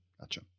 gotcha